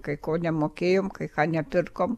kai ko nemokėjom kai ką nepirkom